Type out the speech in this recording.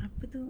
apa tu